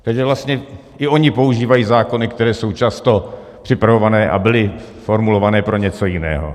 Takže vlastně i ony používají zákony, které jsou často připravované a byly formulované pro něco jiného.